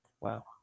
Wow